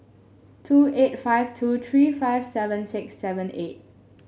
two eight five two three five seven six seven eight